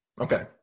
Okay